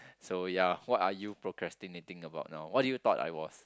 so ya what are you procrastinating about now what do you thought I was